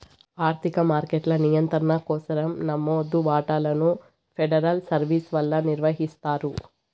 ఆర్థిక మార్కెట్ల నియంత్రణ కోసరం నమోదు వాటాలను ఫెడరల్ సర్వీస్ వల్ల నిర్వహిస్తారు